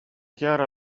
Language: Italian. chiara